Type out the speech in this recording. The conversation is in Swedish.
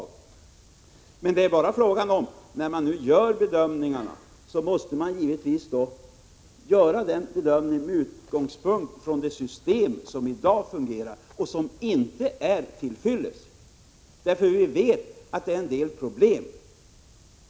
Men vad det här är fråga om är att man skall göra bedömningarna av det nya systemet med utgångspunkt i det system som fungerar i dag och som inte är till fyllest. Vi vet att det vållar många problem.